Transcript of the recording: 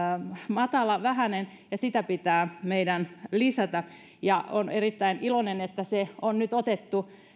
matala vähäinen ja sitä meidän pitää lisätä olen erittäin iloinen että se on nyt otettu